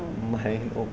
mind opening